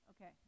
Okay